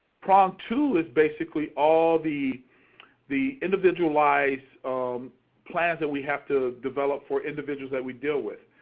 prong two is basically all the the individualized um plans that we have to develop for individuals that we deal with.